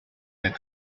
their